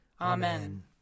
Amen